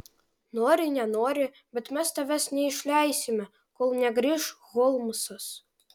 nori nenori bet mes tavęs neišleisime kol negrįš holmsas